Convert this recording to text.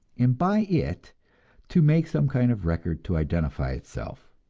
and by it to make some kind of record to identify itself.